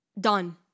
done